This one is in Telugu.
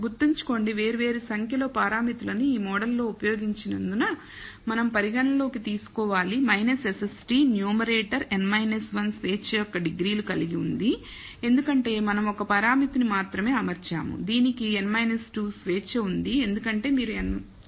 గుర్తుంచుకోండి వేర్వేరు సంఖ్యలో పారామితులను ఈ మోడల్ లో ఉపయోగించినందున మనం పరిగణనలోకి తీసుకోవాలి SST న్యూమరేటర్ n 1 స్వేచ్ఛ యొక్క డిగ్రీలు కలిగి ఉంది ఎందుకంటే మనం ఒక పరామితిని మాత్రమే అమర్చాము దీనికి n 2 స్వేచ్ఛ ఉంది ఎందుకంటే మీరు 2 పారామితులను అమర్చారు